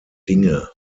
dinge